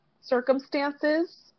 circumstances